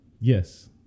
yes